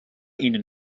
ihnen